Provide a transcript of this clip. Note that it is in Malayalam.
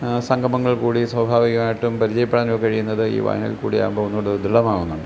സംഗമങ്ങൾ കൂടി സ്വാഭാവികമായിട്ടും പരിചയപ്പെടാനൊക്കെ കഴിയുന്നത് ഈ വായനയിൽ കൂടി ആകുമ്പോൾ ഒന്നും കൂടി ദൃഢമാക്കുന്നുണ്ട്